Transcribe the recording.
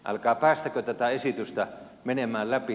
älkää päästäkö tätä esitystä menemään läpi